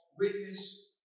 witness